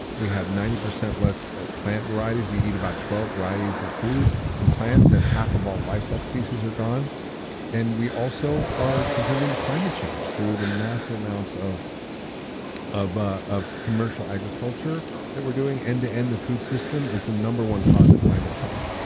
we have ninety percent less plant varieties. we eat about twelve varieties of food, and plants, and half of all livestock species are gone and we also are contributing to climate change through the massive amounts of of ah commercial agriculture that we're doing. end to end, the food system is the number one cause of climate change.